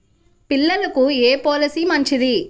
పిల్లలకు ఏ పొలసీ మంచిది?